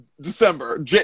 December